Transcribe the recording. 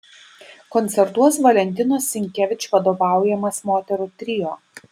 koncertuos valentinos sinkevič vadovaujamas moterų trio